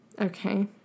Okay